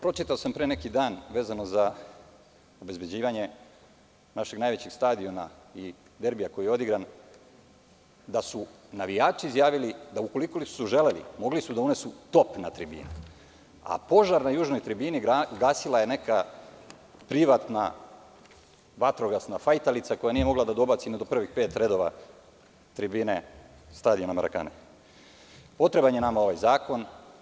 Pročitao sam pre neki dan vezano za obezbeđivanje našeg najvećeg stadiona i derbija koji je odigran da su navijači izjavili da ukoliko li su želeli, mogli su da unesu top na tribine, a požar na južnoj tribini gasila je privatna vatrogasna fajtalica, koja nije mogla da dobaci ni do prvih pet redova tribine stadiona „Marakane“ Potreban je nama ovaj zakon.